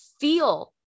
feel